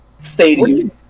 stadium